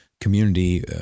community